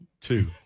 two